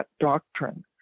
doctrine